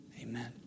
Amen